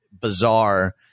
bizarre